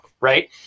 right